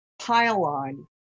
pylon